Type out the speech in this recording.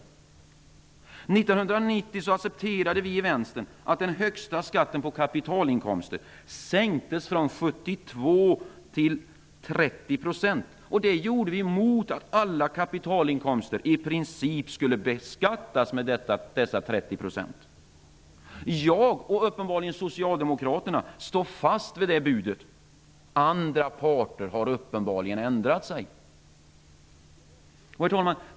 1990 acceperade vi i Vänstern att den högsta skatten på kapitalinkomster sänktes från 72 % till 30 %. Det gjorde vi i utbyte mot att alla kapitalinkomster i princip skulle beskattas med 30 %. Jag, och uppenbarligen också Socialdemokraterna, står fast vid det budet. Andra parter har uppenbarligen ändrat sig. Herr talman!